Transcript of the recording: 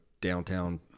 downtown